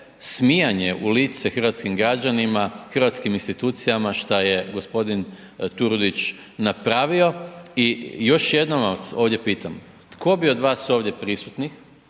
smijanje u lice hrvatskim građanima, hrvatskim institucijama šta je gospodin Turudić napravio. I još jednom vas ovdje pitam, tko bi od vas ovdje prisutnih,